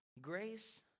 Grace